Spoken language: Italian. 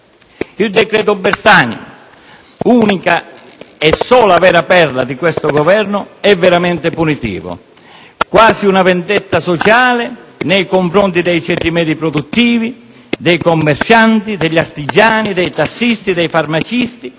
Il decreto Bersani, unica e sola vera perla di questo Governo, è veramente punitivo, quasi una vendetta sociale nei confronti dei ceti medi produttivi, dei commercianti, degli artigiani, dei tassisti, dei farmacisti,